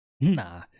Nah